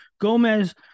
Gomez